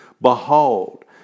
Behold